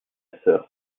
sœur